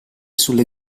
sulle